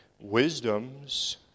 wisdom's